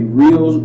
real